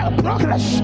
progress